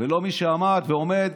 ולא במי שעמד ועומד